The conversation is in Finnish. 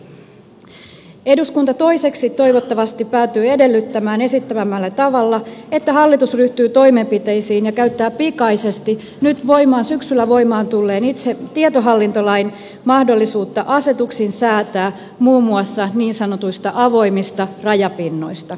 toiseksi eduskunta toivottavasti päätyy edellyttämään esittämällämme tavalla että hallitus ryhtyy toimenpiteisiin ja käyttää pikaisesti syksyllä voimaan tulleen tietohallintolain mahdollisuutta säätää asetuksin muun muassa niin sanotuista avoimista rajapinnoista